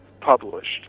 published